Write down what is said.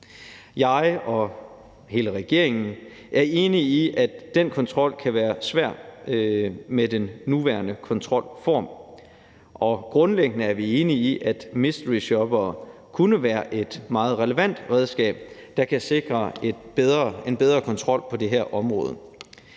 Jeg og hele regeringen er enige i, at den kontrol kan være svær at håndhæve med den nuværende kontrolform. Grundlæggende er vi enige i, mysteryshoppere kan være et meget relevant redskab, der kan sikre en bedre kontrol på det her område.